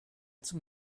zum